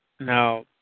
now